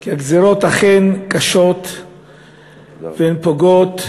שהגזירות אכן קשות והן פוגעות